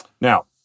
Now